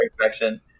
section